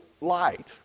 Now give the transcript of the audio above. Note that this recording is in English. light